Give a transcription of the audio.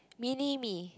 mini me